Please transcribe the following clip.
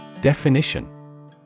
Definition